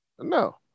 No